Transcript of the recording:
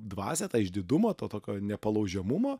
dvasią tą išdidumą to tokio nepalaužiamumo